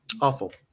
Awful